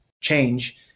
change